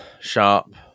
sharp